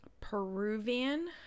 Peruvian